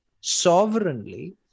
sovereignly